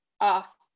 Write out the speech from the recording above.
off